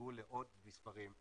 ישודרגו לעוד מספרים.